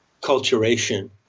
culturation